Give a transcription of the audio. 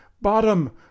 Bottom